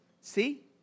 see